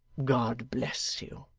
god bless you.